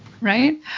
Right